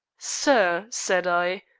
sir, said i,